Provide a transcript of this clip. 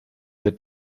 der